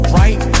right